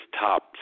top